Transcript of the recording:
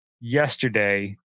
yesterday